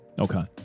Okay